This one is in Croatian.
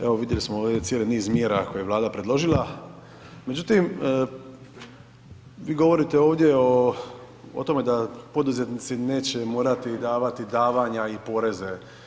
Evo vidjeli smo ovdje cijeli niz mjera koje je Vlada predložila, međutim vi govorite ovdje o tome da poduzetnici neće morati davati davanja i poreze.